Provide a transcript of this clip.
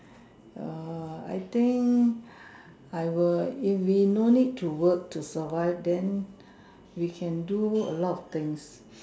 err I think I would if we no need to work to survive then we can do a lot of things